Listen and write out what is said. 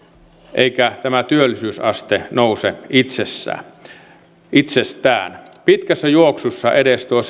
eikä työllisyysaste nouse itsestään pitkässä juoksussa edes tuo